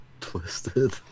twisted